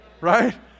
right